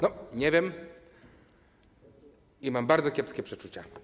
Nie wiem i mam bardzo kiepskie przeczucia.